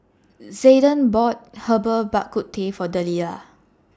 Zayden bought Herbal Bak Ku Teh For Delilah